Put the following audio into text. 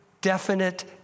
definite